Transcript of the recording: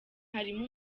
harimo